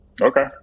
Okay